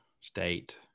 State